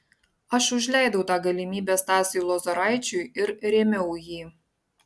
aš užleidau tą galimybę stasiui lozoraičiui ir rėmiau jį